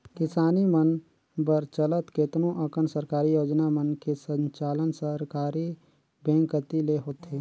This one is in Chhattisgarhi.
किसानी मन बर चलत केतनो अकन सरकारी योजना मन के संचालन सहकारी बेंक कति ले होथे